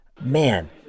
man